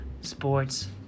Sports